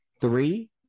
Three